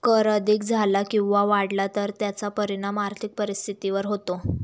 कर अधिक कमी झाला किंवा वाढला तर त्याचा परिणाम आर्थिक परिस्थितीवर होतो